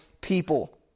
people